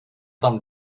tam